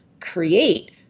create